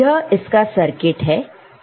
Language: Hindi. यह इसका सर्किट है